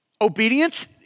Obedience